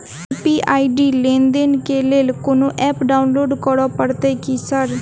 UPI ID लेनदेन केँ लेल कोनो ऐप डाउनलोड करऽ पड़तय की सर?